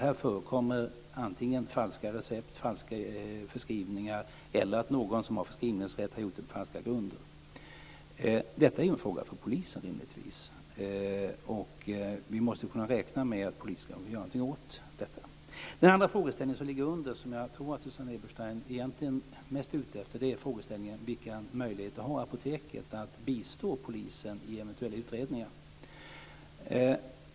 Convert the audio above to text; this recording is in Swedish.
Här förekommer antingen falska förskrivningar eller att någon som har förskrivningsrätt har utnyttjat den på falska grunder. Detta är rimligtvis en fråga för polisen. Vi måste kunna räkna med att polisen kan göra någonting åt detta. Den andra frågeställningen, som jag tror ligger under det Susanne Eberstein egentligen är ute efter, är vilka möjligheter apoteket har att bistå polisen i en eventuell utredning.